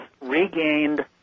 regained